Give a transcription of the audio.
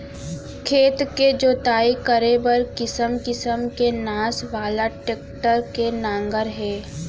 खेत के जोतई करे बर किसम किसम के नास वाला टेक्टर के नांगर हे